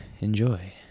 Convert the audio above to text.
Enjoy